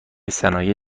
صنایع